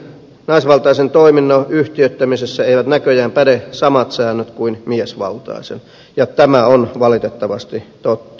naisvaltaisen toiminnan yhtiöittämisessä eivät näköjään päde samat säännöt kuin miesvaltaisen ja tämä on valitettavasti totta